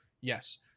yes